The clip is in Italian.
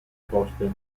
poste